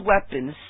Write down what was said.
weapons